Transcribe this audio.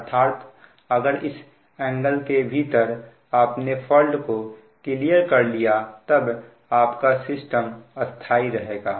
अर्थात अगर इस एंगल के भीतर आपने फॉल्ट को क्लियर कर लिया तब आपका सिस्टम स्थाई रहेगा